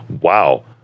wow